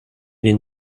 den